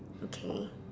okay